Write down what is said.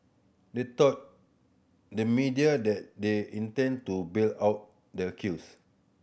they told the media that they intend to bail out the accused